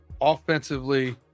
offensively